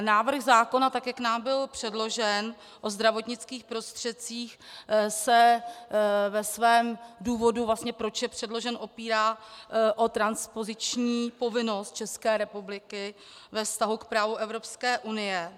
Návrh zákona, tak jak nám byl předložen, o zdravotnických prostředcích, se ve svém důvodu, proč je předložen, opírá o transpoziční povinnost České republiky ve vztahu k právu Evropské unie.